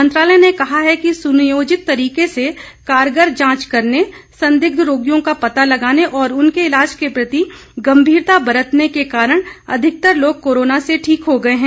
मंत्रालय ने कहा है कि सुनियोजित तरीके से कारगर जांच करने संदिग्ध रोगियों का पता लगाने और उनके इलाज के प्रति गंभीरता बरतने के कारण अधिकतर लोग कोरोना से ठीक हो गए हैं